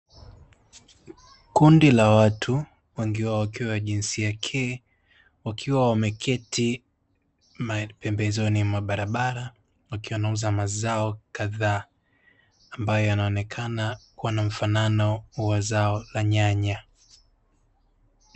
Kundi la watu wengi wao wakiwa wa jinsia ya Ke, wakiwa wameketi pembezoni mwa barabara, wakiwa wanauza mazao kadhaa ambayo yanaonekana kuwa na mfanano wa zao la nyanya.